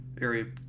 area